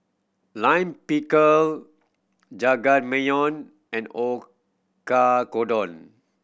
Lime Pickle Jajangmyeon and O